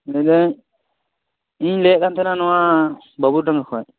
ᱞᱟ ᱭ ᱢᱮ ᱤᱧ ᱞᱟ ᱭᱮᱫ ᱠᱟᱱ ᱛᱟᱦᱮᱱᱚ ᱱᱚᱣᱟ ᱵᱟ ᱵᱩ ᱰᱷᱟᱝᱜᱟ ᱠᱷᱚᱡ